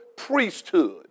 priesthood